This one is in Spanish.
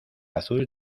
azul